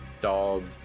dog